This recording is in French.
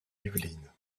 yvelines